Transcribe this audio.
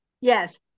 Yes